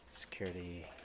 Security